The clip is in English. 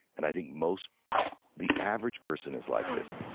and i think most the average person is like this.